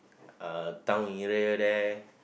uh town area there